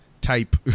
type